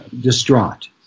distraught